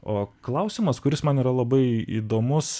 o klausimas kuris man yra labai įdomus